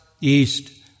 east